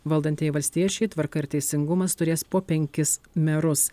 valdantieji valstiečiai tvarka ir teisingumas turės po penkis merus